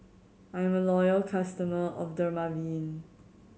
I am a loyal customer of Dermaveen